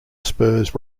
spurs